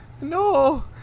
No